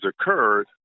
occurred